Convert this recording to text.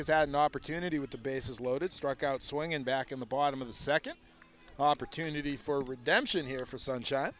has had an opportunity with the bases loaded struck out swinging back in the bottom of the second opportunity for redemption here for sunshine